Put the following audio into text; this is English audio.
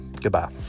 Goodbye